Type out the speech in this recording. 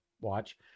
watch